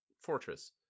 fortress